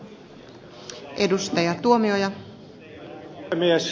arvoisa puhemies